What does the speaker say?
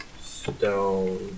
Stone